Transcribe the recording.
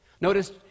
Notice